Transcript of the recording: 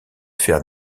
faire